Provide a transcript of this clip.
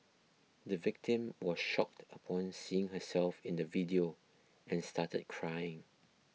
the victim was shocked upon seeing herself in the video and started crying